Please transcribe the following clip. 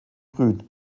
grün